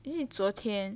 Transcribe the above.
is it 昨天